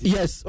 Yes. (